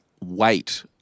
wait